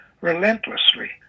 relentlessly